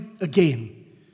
again